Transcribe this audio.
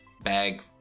bag